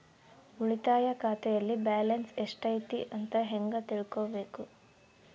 ಉಳಿತಾಯ ಖಾತೆಯಲ್ಲಿ ಬ್ಯಾಲೆನ್ಸ್ ಎಷ್ಟೈತಿ ಅಂತ ಹೆಂಗ ತಿಳ್ಕೊಬೇಕು?